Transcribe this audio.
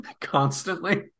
constantly